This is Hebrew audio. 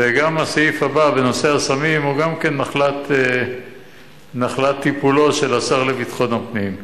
וגם הסעיף הבא בנושא הסמים הוא נחלת טיפולו של השר לביטחון הפנים.